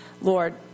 Lord